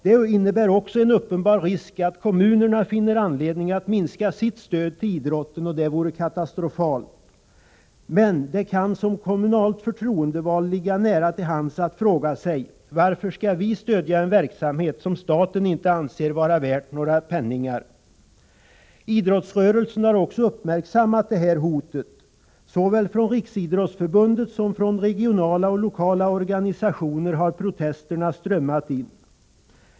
Det innebär också en uppenbar risk att kommunerna finner anledning att minska sitt stöd till idrotten, och det vore katastrofalt. Men det kan för den kommunalt förtroendevalde ligga nära till hands att fråga sig: Varför skall vi stödja en verksamhet som staten inte anser vara värd några penningar? Idrottsrörelsen har också uppmärksammat det här hotet. Såväl från Riksidrottsförbundet som från regionala och lokala organisationer har protesterna strömmat in.